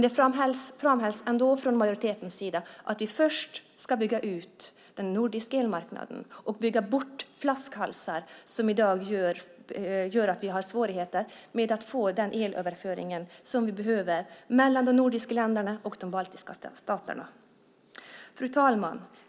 Det framhålls ändå från majoritetens sida att vi först ska bygga ut den nordiska elmarknaden och bygga bort flaskhalsar som i dag gör att vi har svårigheter med att få den elöverföring som vi behöver mellan de nordiska länderna och de baltiska staterna. Fru talman!